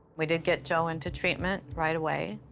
we did get joe into treatment right away,